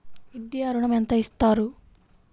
విద్యా ఋణం ఎంత ఇస్తారు?